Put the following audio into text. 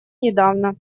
недавно